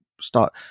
start